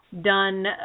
done